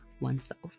oneself